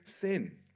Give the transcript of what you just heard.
sin